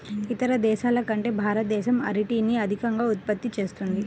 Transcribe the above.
ఇతర దేశాల కంటే భారతదేశం అరటిని అత్యధికంగా ఉత్పత్తి చేస్తుంది